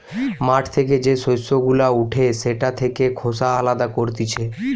মাঠ থেকে যে শস্য গুলা উঠে সেটা থেকে খোসা আলদা করতিছে